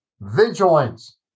vigilance